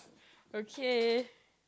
okay